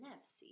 NFC